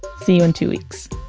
see you in two weeks